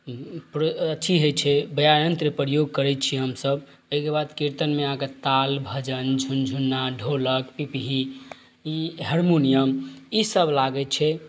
अथी होइ छै बाद्यंयत्र प्रयोग करै छी हमसब एहिके बाद कीर्तनमे आहाँके ताल भजन झुनझुन्ना ढोलक पिपही हरमुनियम ई सब लागै छै